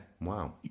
wow